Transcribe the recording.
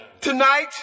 Tonight